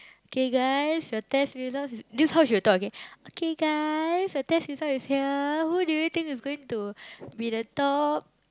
K guys your test results is this how she will talk okay K guys your test results is here who do you think is going to be the top